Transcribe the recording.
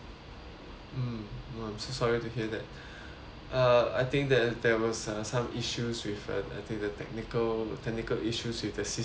I'm so sorry to hear that uh I think that there was uh some issues with uh I think the technical technical issues with the system itself ah so it